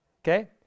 Okay